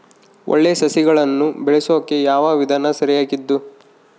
ಒಳ್ಳೆ ಸಸಿಗಳನ್ನು ಬೆಳೆಸೊಕೆ ಯಾವ ವಿಧಾನ ಸರಿಯಾಗಿದ್ದು?